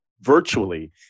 virtually